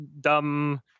dumb